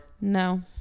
No